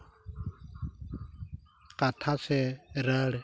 ᱠᱟᱛᱷᱟ ᱥᱮ ᱨᱟᱹᱲ